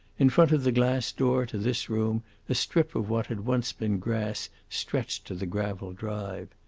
in front of the glass door to this room a strip of what had once been grass stretched to the gravel drive.